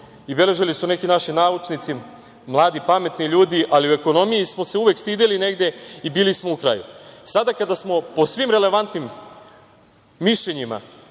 Beležili su i neki naši naučnici, mladi, pametni ljudi, ali u ekonomiji smo se uvek stideli negde i bili smo u kraju. Sada kada smo po svim relevantnim mišljenjima